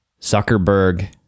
Zuckerberg